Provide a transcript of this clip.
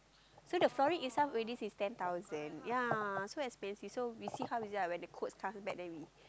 so the flooring itself already is ten thousand yea so expensive so we see how is it ah when the quotes comes back then we